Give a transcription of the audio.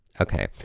Okay